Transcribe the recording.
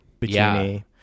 bikini